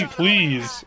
please